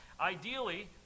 Ideally